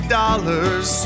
dollars